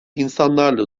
insanlarla